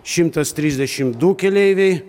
šimtas trisdešim du keleiviai